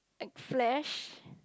like flash